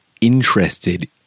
interested